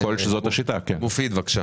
אני רוצה